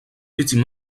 petits